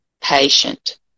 patient